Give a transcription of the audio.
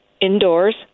indoors